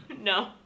No